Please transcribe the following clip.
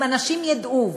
אם אנשים ידעו,